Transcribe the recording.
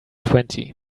twenty